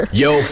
yo